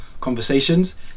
conversations